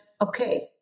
okay